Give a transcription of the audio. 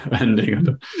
ending